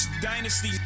Dynasty